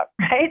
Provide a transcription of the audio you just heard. right